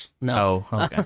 No